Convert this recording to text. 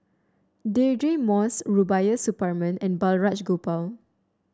Deirdre Moss Rubiah Suparman and Balraj Gopal